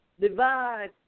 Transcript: divide